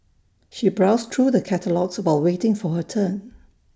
she browsed through the catalogues while waiting for her turn